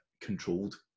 controlled